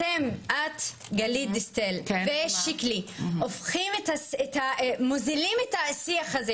אתם, את, גלית דיסטל ושיקלי מוזילים את השיח הזה